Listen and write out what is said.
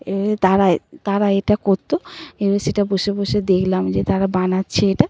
এ তারা এ তারা এটা করতো এ সেটা বসে বসে দেখলাম যে তারা বানাচ্ছে এটা